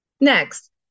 Next